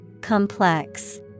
Complex